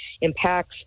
impacts